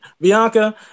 Bianca